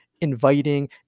inviting